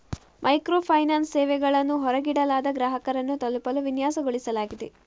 micro finance ಸೇವೆಗಳನ್ನು ಹೊರಗಿಡಲಾದ ಗ್ರಾಹಕರನ್ನು ತಲುಪಲು ವಿನ್ಯಾಸಗೊಳಿಸಲಾಗಿದೆ